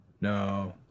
No